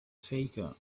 faker